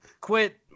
quit –